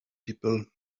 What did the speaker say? people